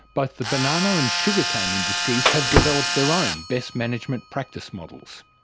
both the banana and sugar cane industries have developed their own best management practice models.